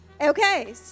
Okay